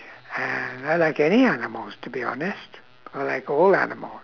uh I like any animals to be honest I like all animals